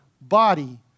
body